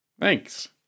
Thanks